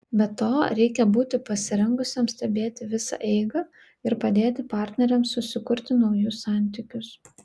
be to reikia būti pasirengusiam stebėti visą eigą ir padėti partneriams susikurti naujus santykius